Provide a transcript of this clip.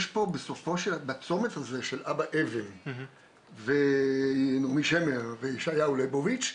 יש פה בצומת הזה של אבא אבן ונעמי שמר וישעיהו ליבוביץ,